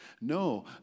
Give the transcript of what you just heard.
No